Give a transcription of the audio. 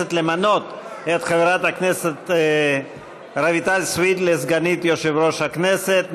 הכנסת למנות את חברת הכנסת רויטל סויד לסגנית יושב-ראש הכנסת.